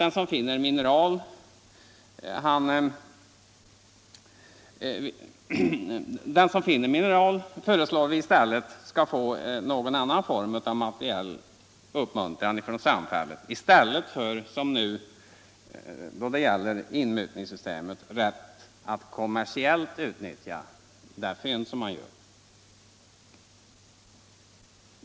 Den som finner mineral föreslås i stället få annan form av materiell uppmuntran från samhället än rätt att kommersiellt utnyttja den upptäckta fyndigheten.